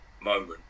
moment